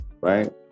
right